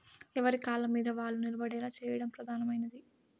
ఎవరి కాళ్ళమీద వాళ్ళు నిలబడేలా చేయడం ప్రధానమైనది